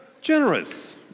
generous